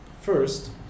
First